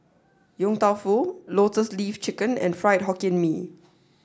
Yong Tau Foo Lotus Leaf Chicken and fried Hokkien Mee